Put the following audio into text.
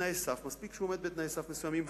מספיק שהוא עומד בתנאי סף מסוימים,